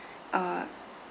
uh